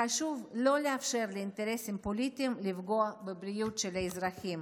חשוב לא לאפשר לאינטרסים פוליטיים לפגוע בבריאות של האזרחים.